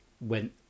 went